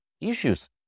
issues